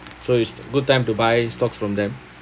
so it's good time to buy stocks from them